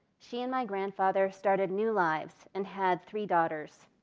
she and my grandfather started new lives and had three daughters.